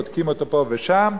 בודקים אותו פה ושם,